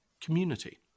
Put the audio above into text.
community